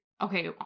okay